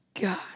God